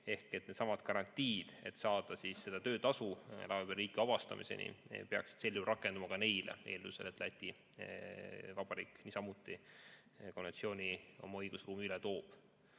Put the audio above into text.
Ehk needsamad garantiid, et saada töötasu laevapere liikme vabastamiseni peaksid sel juhul rakenduma ka neile, eeldusel, et Läti Vabariik niisamuti konventsiooni oma õigusruumi üle toob.